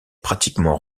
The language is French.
pratiquement